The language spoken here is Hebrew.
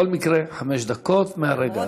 בכל מקרה, חמש דקות מהרגע הזה.